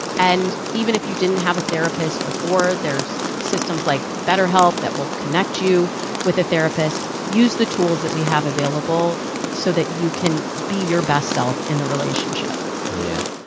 and even if you didn't have a therapist before, there's systems like betterhelp that will connect you with a therapist. use the tools that we have available so that you can be your best self in the relationship yeah, yeah.